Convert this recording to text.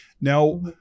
Now